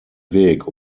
weg